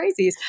crazies